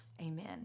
Amen